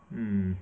mm